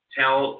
tell